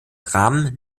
dramen